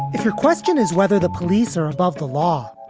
if your question is whether the police are above the law.